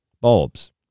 bulbs